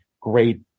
great